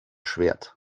schwert